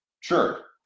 Sure